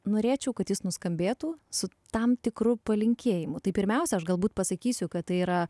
norėčiau kad jis nuskambėtų su tam tikru palinkėjimu tai pirmiausia aš galbūt pasakysiu kad tai yra